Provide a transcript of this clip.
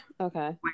okay